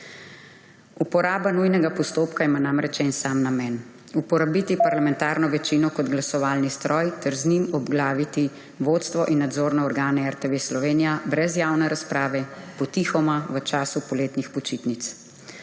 Uporaba nujnega postopka ima namreč en sam namen – uporabiti parlamentarno večino kot glasovalni stroj ter z njim obglaviti vodstvo in nadzorne organe RTV Slovenija brez javne razprave, potihoma v času poletnih počitnic.